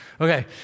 Okay